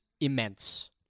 immense